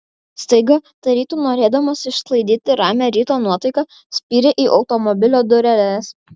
staiga tarytum norėdamas išsklaidyti ramią ryto nuotaiką spyrė į automobilio dureles